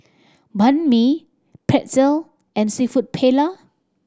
Banh Mi Pretzel and Seafood Paella